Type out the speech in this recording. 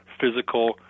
physical